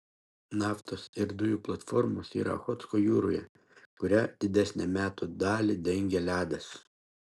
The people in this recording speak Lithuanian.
naftos ir dujų platformos yra ochotsko jūroje kurią didesnę metų dalį dengia ledas